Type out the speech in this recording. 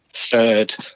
third